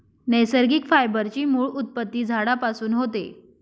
नैसर्गिक फायबर ची मूळ उत्पत्ती झाडांपासून होते